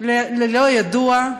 אל הלא-ידוע,